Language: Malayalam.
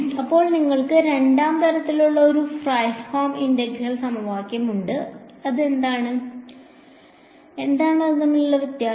അപ്പോൾ നിങ്ങൾക്ക് 2 ആം തരത്തിലുള്ള ഒരു ഫ്രെഡ്ഹോം ഇന്റഗ്രൽ സമവാക്യവും ഉണ്ട് എന്താണ് വ്യത്യാസം